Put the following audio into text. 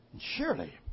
Surely